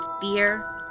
fear